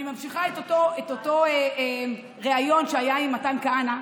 אני ממשיכה את אותו ריאיון שהיה עם מתן כהנא,